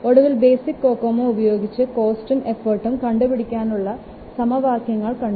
ഒടുവിൽ basic COCOMO ഉപയോഗിച്ച് കോസ്റ്റും എഫർട്ടും കണ്ടുപിടിക്കാനുള്ള സമവാക്യങ്ങൾ കണ്ടു